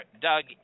Doug